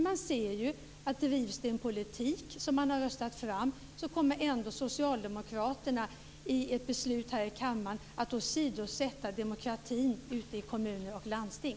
Man ser ju att om det drivs en politik som man har röstat fram så kommer ändå socialdemokraterna genom ett beslut här i kammaren att åsidosätta demokratin ute i kommuner och landsting.